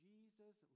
Jesus